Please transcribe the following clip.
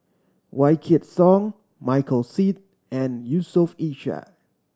Wykidd Song Michael Seet and Yusof Ishak